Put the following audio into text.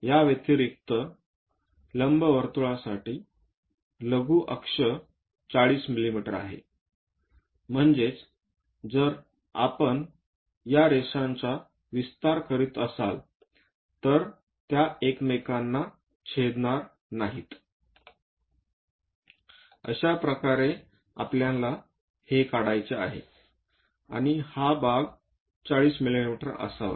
याव्यतिरिक्त लंबवर्तुळासाठी लघु अक्ष 40 मिमी आहे म्हणजेच जर आपण या रेषांचा विस्तार करीत असाल तर त्यास एकमेकांना छेदणार नाही अशाप्रकारे आपल्याला हे काढायचे आहे आणि हा भाग 40 मिमी असावा